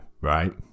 right